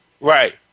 Right